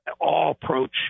all-approach